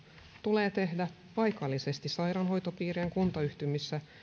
tulee tehdä paikallisesti sairaanhoitopiirien kuntayhtymissä